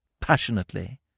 Passionately